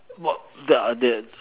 what there there's